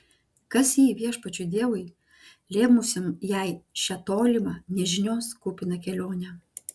kas ji viešpačiui dievui lėmusiam jai šią tolimą nežinios kupiną kelionę